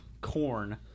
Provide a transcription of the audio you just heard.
corn